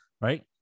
right